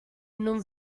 non